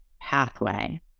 pathway